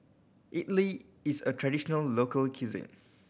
idili is a traditional local cuisine